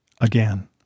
again